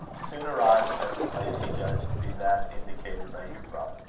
soon arrived at the place he judged to be that indicated by euphra.